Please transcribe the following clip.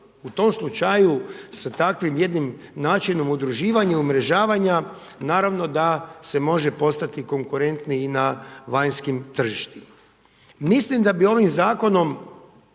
u tom slučaju sa takvim jednim načinom udruživanja, umrežavanja naravno da se može postati konkurentni i na vanjskih tržištima. Mislim da bi ovim zakonom